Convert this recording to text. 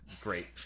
Great